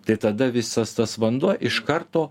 tai tada visas tas vanduo iš karto